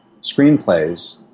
screenplays